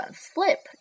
flip